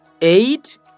eight